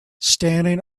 standing